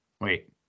wait